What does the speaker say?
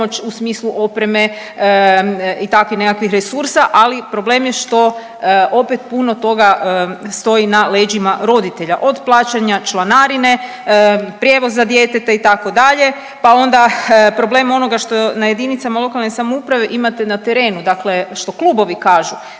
u smislu opreme i takvih nekakvih resursa, ali problem je što opet puno toga stoji na leđima roditelja, od plaćanja članarine, prijevoza djeteta itd., pa onda problem onoga što na jedinice lokalne samouprave imate na terenu, dakle što klubovi kažu,